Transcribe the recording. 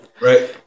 right